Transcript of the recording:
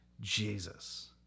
Jesus